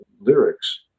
lyrics